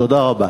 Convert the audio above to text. תודה רבה.